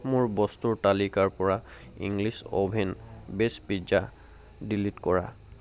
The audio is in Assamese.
মোৰ বস্তুৰ তালিকাৰপৰা English oven base pizza delete কৰা